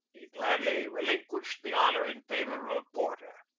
he gladly relinquished the honor in favor of porter,